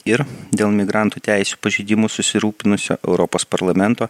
ir dėl migrantų teisių pažeidimų susirūpinusio europos parlamento